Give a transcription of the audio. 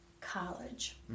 college